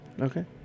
Okay